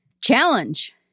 Challenge